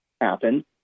happen